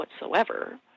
whatsoever